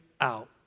out